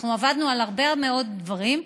אנחנו עבדנו על הרבה מאוד דברים,